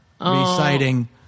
reciting